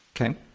Okay